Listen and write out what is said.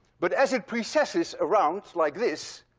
but as it precesses around like this,